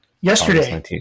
yesterday